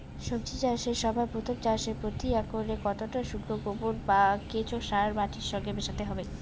সবজি চাষের সময় প্রথম চাষে প্রতি একরে কতটা শুকনো গোবর বা কেঁচো সার মাটির সঙ্গে মেশাতে হবে?